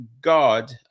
God